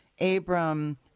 Abram